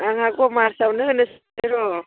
आंहा कमार्सआवनो होनो सानदोंर'